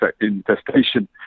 infestation